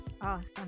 awesome